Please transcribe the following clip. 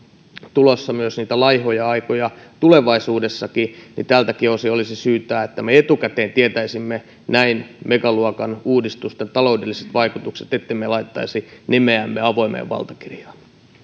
tulossa niitä laihoja aikoja tulevaisuudessakin että tältäkin osin olisi syytä että me etukäteen tietäisimme tällaisten megaluokan uudistusten taloudelliset vaikutukset ettemme laittaisi nimeämme avoimeen valtakirjaan